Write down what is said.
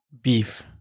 beef